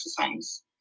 exercise